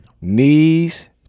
knees